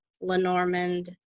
Lenormand